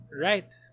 Right